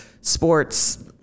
sports